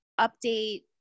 update